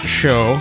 show